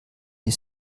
die